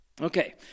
Okay